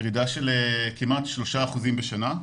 ירידה של כמעט 3% בשנה.